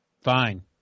Fine